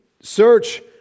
search